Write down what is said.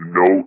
no